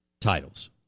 titles